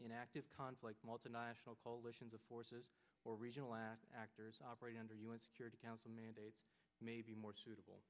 in active conflict multinational coalitions of forces or regional lack actors operating under un security council mandate may be more suitable